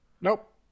Nope